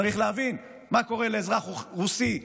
צריך להבין מה קורה לאזרח רוסי צעיר,